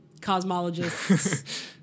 cosmologists